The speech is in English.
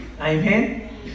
Amen